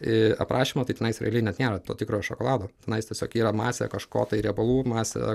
į aprašymą tai tenais realiai net nėra to tikrojo šokolado tenais tiesiog yra masė kažko tai riebalų masė